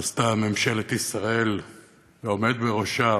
ממשלת ישראל והעומד בראשה